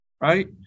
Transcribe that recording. right